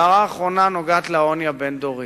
ההערה האחרונה נוגעת לעוני הבין-דורי.